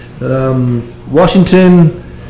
Washington